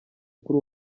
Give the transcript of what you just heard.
kuri